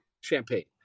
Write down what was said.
Champagne